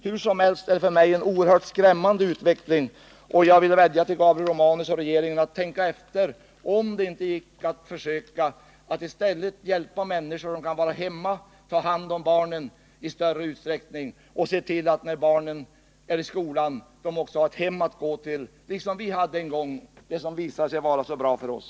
Hur som helst är det för mig en oerhört skrämmande utveckling. Jag vill vädja till Gabriel Romanus och regeringen att tänka efter om det inte går att i stället försöka hjälpa människor så att de kan vara hemma och ta hand om barnen i större utsträckning samt se till att barnen, när de kommer från skolan, har ett hem att gå till, liksom vi själva hade en gång — det som visat sig vara så bra för oss.